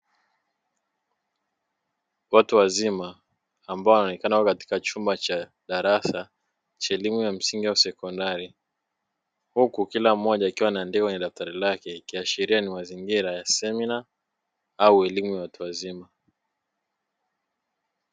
Watu wazima ambao wanaonekana katika chumba cha darasa cha elimu ya msingi au sekondari huku kila mmoja akiwa anaandika kwenye daftari lake ikiashiria ni mazingira ya semina au elimu ya watu wazima.